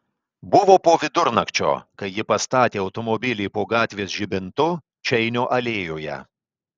buvo po vidurnakčio kai ji pastatė automobilį po gatvės žibintu čeinio alėjoje